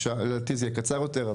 לדעתי זה יהיה קצר יותר.